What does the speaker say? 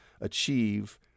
achieve